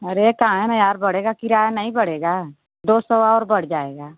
अरे यार बढ़ेगा किराया नही बढ़ेगा दो सौ और बढ़ जाएगा